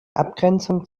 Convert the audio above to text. abgrenzung